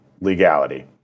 legality